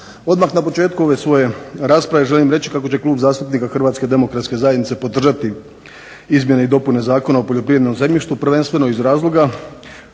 Odmah na početku ove svoje rasprave želim reći kako će Klub zastupnika Hrvatske demokratske zajednice podržati izmjene i dopune Zakona o poljoprivrednom zemljištu prvenstveno iz razloga